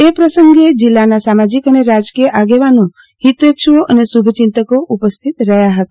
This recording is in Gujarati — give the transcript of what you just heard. એ પ્રસંગે જીલ્લાના સામાજિક અને રાજકીય આગેવાનો હિતેચ્છુઓ અને શુભચિંતકો ઉપસ્થિત રહ્યા હતા